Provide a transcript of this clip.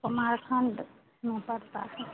कुमार खंड में पड़ता है